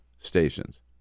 Stations